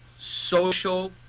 social,